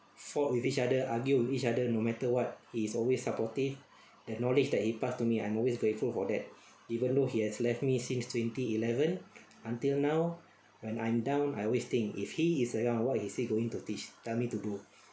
fought with each other argued with each other no matter what he is always supportive that knowledge that he passed to me I'm always grateful for that even though he has left me since twenty eleven until now when I'm down I always think if he is around what is he going to teach tell me to do